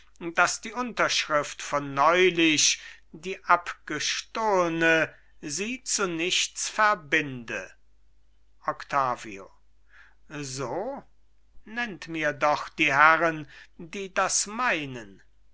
daß die unterschrift von neulich die abgestohlne sie zu nichts verbinde octavio so nennt mir doch die herren die das meinen